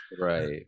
Right